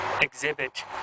exhibit